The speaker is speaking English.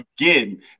again